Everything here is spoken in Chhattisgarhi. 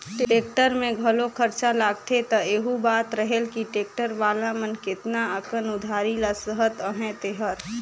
टेक्टर में घलो खरचा लागथे त एहू बात रहेल कि टेक्टर वाला मन केतना अकन उधारी ल सहत अहें तेहर